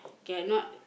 cannot